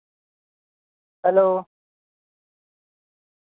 hello